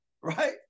right